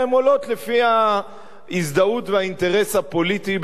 והן עולות לפי ההזדהות והאינטרס הפוליטי,